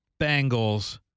Bengals